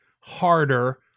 harder